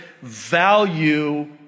value